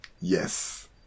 Yes